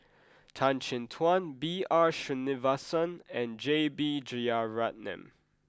Tan Chin Tuan B R Sreenivasan and J B Jeyaretnam